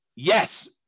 Yes